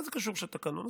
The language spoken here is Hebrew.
מה זה קשור עכשיו תקנון?